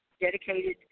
dedicated